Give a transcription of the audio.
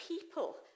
people